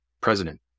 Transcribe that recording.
president